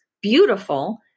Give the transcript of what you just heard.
beautiful